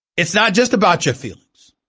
it's not just about your feelings